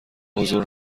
حضور